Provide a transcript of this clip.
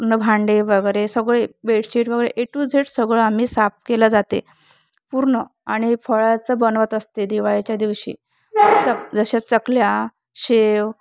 पूर्ण भांडे वगैरे सगळे बेडशीट वगैरे ए टू झेड सगळं आम्ही साफ केलं जाते पूर्ण आणि फराळाचं बनवत असते दिवाळीच्या दिवशी सगळं जसे चकल्या शेव